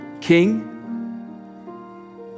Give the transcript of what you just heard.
King